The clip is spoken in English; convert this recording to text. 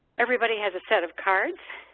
everybody has a set of cards,